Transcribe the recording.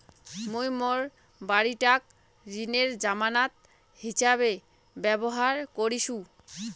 মুই মোর বাড়িটাক ঋণের জামানত হিছাবে ব্যবহার করিসু